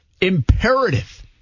imperative